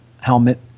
helmet